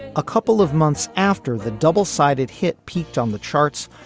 a couple of months after the double sided hit peaked on the charts.